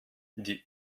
die